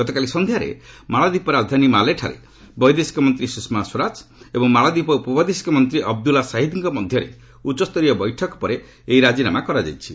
ଗତକାଲି ସନ୍ଧ୍ୟାରେ ମାଳଦ୍ୱୀପ ରାଜଧାନୀ ମାଲେଠାରେ ବୈଦେଶିକ ମନ୍ତ୍ରୀ ସୁଷମା ସ୍ୱରାଜ ଏବଂ ମାଳଦ୍ୱୀପ ବୈଦେଶିକ ମନ୍ତ୍ରୀ ଅବଦୁଲ୍ଲା ସାହିଦ୍ଙ୍କ ମଧ୍ୟରେ ଉଚ୍ଚସ୍ତରୀୟ ବୈଠକ ପରେ ଏହି ରାଜିନାମା କରାଯାଇଛି